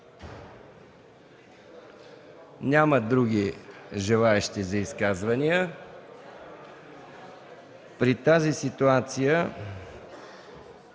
Няма други желаещи за изказвания. При тази ситуация